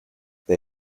they